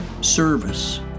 service